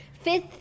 Fifth